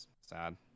sad